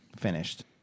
finished